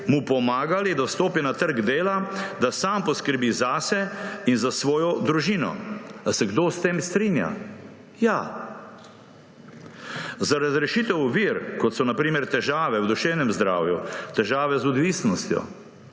mu pomagali, da vstopi na trg dela, da sam poskrbi zase in za svojo družino. Ali se kdo s tem strinja? Ja! Za razrešitev ovir, kot so na primer težave v duševnem zdravju, težave z odvisnostjo